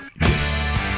Yes